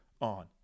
on